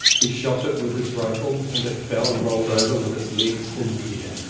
he shot it with his rifle and it fell and rolled over with its legs in the air.